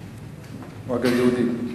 אגב, יהודי.